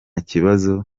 kibazo